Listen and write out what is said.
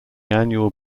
annual